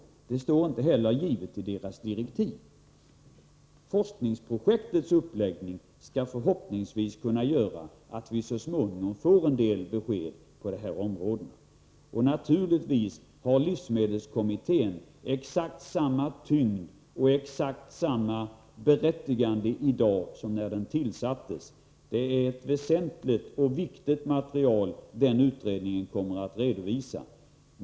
Det står inte heller i dess direktiv. Forskningsprojektets uppläggning skall förhoppningsvis leda till att vi så småningom får en del besked på dessa områden. Naturligtvis har livsmedelskommittén exakt samma tyngd och berättigande i dag som när den tillsattes. Det är ett väsentligt och viktigt material den utredningen kommer att redovisa.